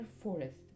forest